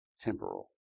temporal